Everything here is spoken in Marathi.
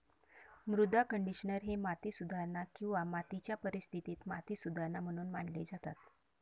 मृदा कंडिशनर हे माती सुधारणा किंवा मातीच्या परिस्थितीत माती सुधारणा म्हणून मानले जातात